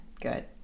good